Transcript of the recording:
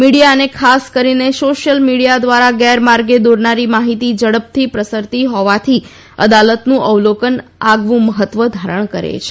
media અને ખાસ કરીને સોશ્યલ મીડિયા દ્વારા ગેરમાર્ગે દોરનારી માહિતી ઝડપથી પ્રસરતી હોવાથી અદાલતનું અવલોકન આગવું મહત્વ ધારણ કરે છે